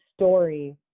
story